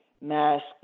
mask